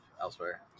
elsewhere